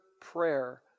prayer